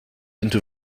into